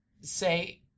say